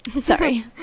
sorry